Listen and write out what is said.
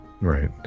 right